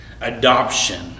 Adoption